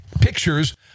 pictures